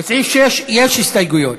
לסעיף 6 יש הסתייגויות.